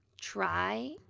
try